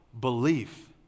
Belief